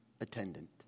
attendant